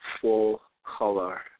full-color